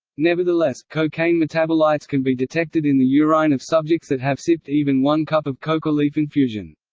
nevertheless, cocaine metabolites can be detected in the urine of subjects that have sipped even one cup of coca leaf infusion.